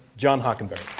john hockenberry